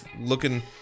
looking